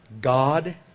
God